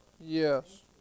yes